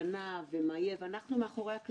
אני שמחה שסוף טוב הכול טוב.